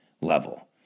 level